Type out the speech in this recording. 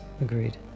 Agreed